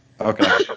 Okay